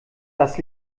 das